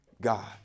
God